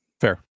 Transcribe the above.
fair